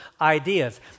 ideas